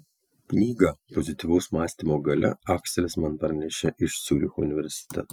knygą pozityvaus mąstymo galia akselis man parnešė iš ciuricho universiteto